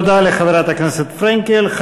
תודה לחברת הכנסת פרנקל.